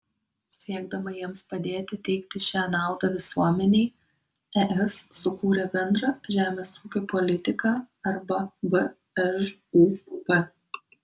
siekdama jiems padėti teikti šią naudą visuomenei es sukūrė bendrą žemės ūkio politiką arba bžūp